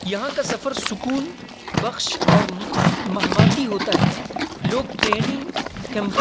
یہاں کا سفر سکون بخش اور مہماتی ہوتا ہے لوگ ٹریننگ کیمپ